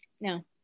No